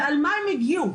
ועל מה הם הגיעו.